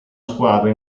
squadra